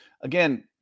again